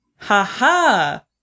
Ha-ha